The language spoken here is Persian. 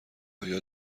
آیا